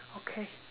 okay